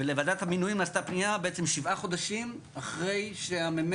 ולוועדת המינויים נעשתה פנייה בעצם שבעה חודשים אחרי שהמ"מ